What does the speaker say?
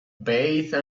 bathe